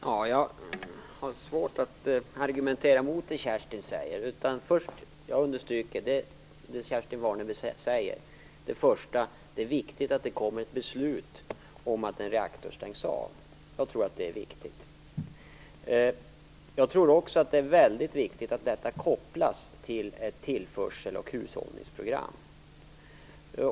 Fru talman! Jag har svårt att argumentera mot Kerstin Warnerbring. Jag vill understryka det Kerstin Warnerbring säger om att det är viktigt att det kommer ett beslut om att en reaktor stängs av. Jag tror att det är viktigt. Jag tror också att det är väldigt viktigt att detta kopplas till ett tillförsel och hushållningsprogram.